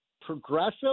progressive –